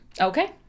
Okay